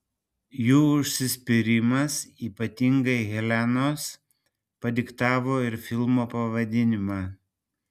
jų užsispyrimas ypatingai helenos padiktavo ir filmo pavadinimą